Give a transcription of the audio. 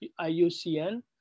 IUCN